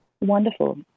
Wonderful